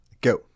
Go